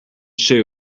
shoe